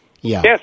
Yes